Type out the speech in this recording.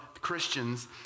Christians